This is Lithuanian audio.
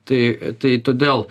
tai tai todėl